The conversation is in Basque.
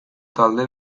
talde